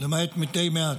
למעט מתי מעט,